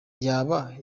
yaba